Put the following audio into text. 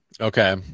okay